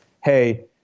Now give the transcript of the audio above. hey